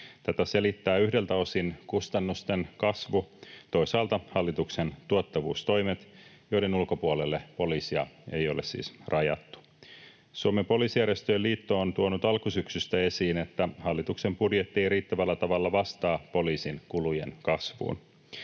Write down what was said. Tätä selittää yhdeltä osin kustannusten kasvu, toisaalta hallituksen tuottavuustoimet, joiden ulkopuolelle poliisia ei ole siis rajattu. Suomen Poliisijärjestöjen Liitto on tuonut alkusyksystä esiin, että hallituksen budjetti ei riittävällä tavalla vastaa poliisin kulujen kasvuun.